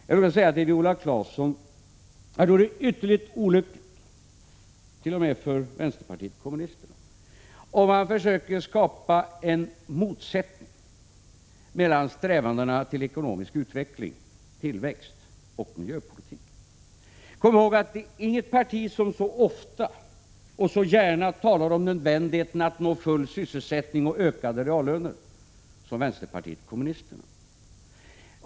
Det vore, Viola Claesson, ytterligt olyckligt t.o.m. för vänsterpartiet kommunisterna om man försökte skapa en motsättning mellan strävandena till ekonomisk utveckling, tillväxt och miljöpolitik. Kom ihåg att det inte finns något parti som så ofta och så gärna talar om nödvändigheten av att nå full sysselsättning och ökade reallöner som vänsterpartiet kommunisterna.